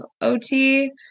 OT